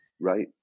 Right